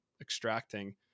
extracting